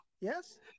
yes